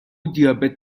دیابت